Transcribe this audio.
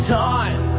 time